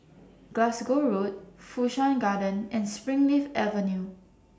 Glasgow Road Fu Shan Garden and Springleaf Avenue